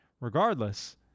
regardless